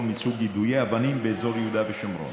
מסוג יידויי אבנים באזור יהודה ושומרון.